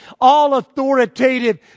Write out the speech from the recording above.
all-authoritative